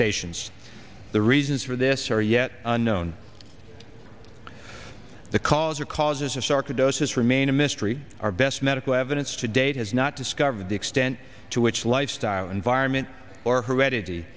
stations the reasons for this are yet unknown the cause or causes of sarcoidosis remain a mystery our best medical evidence to date has not discovered the extent to which lifestyle environment or heredity